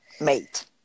mate